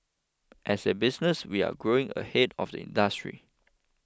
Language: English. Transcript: as a business we're growing ahead of the industry